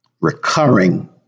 recurring